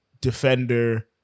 Defender